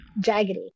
jaggedy